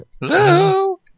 Hello